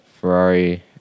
Ferrari